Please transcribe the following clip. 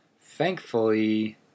thankfully